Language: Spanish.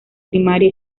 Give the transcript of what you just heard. primaria